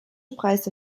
preise